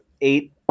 eight